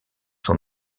son